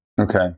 okay